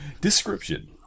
description